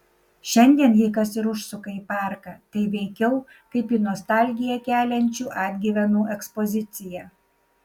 šiandien jei kas ir užsuka į parką tai veikiau kaip į nostalgiją keliančių atgyvenų ekspoziciją